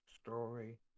story